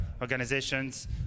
organizations